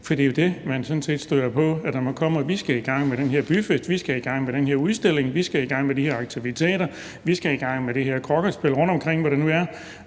For det er jo det, man sådan set støder på, når man rundtomkring kommer og siger: Vi skal i gang med den her byfest, vi skal i gang med den her udstilling, vi skal i gang med de her aktiviteter, vi skal i gang med det her kroketspil. Så skal man lige